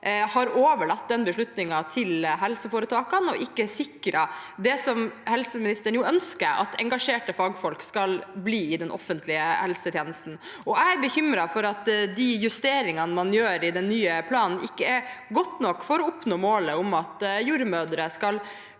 har overlatt den beslutningen til helseforetakene og ikke sikret det som helseministeren ønsker, at engasjerte fagfolk skal bli i den offentlige helsetjenesten. Jeg er bekymret for at justeringene man gjør i den nye planen, ikke er gode nok for å oppnå målet om at jordmødre skal